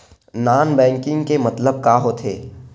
Non banking के मतलब का होथे?